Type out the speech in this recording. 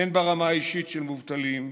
גם ברמה האישית, של מובטלים,